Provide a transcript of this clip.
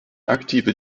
aktive